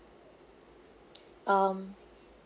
um